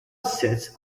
sits